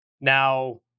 Now